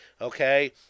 okay